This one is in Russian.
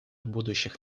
будущих